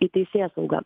į teisėsaugą